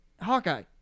Hawkeye